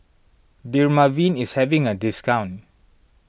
Dermaveen is having a discount